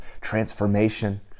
transformation